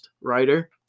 writer